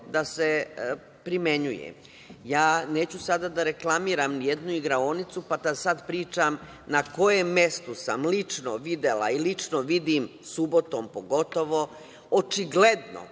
da se primenjuje. Ja neću sada da reklamiram jednu igraonicu, pa da sad pričam na kojem mestu sam lično videla i lično vidim subotom pogotovo očigledno